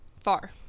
far